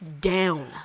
down